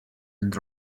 and